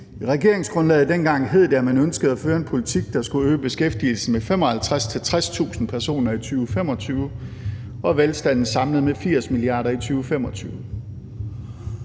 regeringsgrundlaget dengang hed det, at man ønskede at føre en politik, der skulle øge beskæftigelsen med 55.000-60.000 personer i 2025 og velstanden samlet med 80 mia. kr. i 2025.